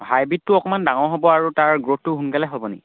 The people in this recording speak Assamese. হাইব্ৰ্ৰীডটো অকমান ডাঙৰ হ'ব তাৰ গ্ৰ'থটো সোনকালে হ'ব নি